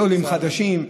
לעולים חדשים,